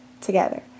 together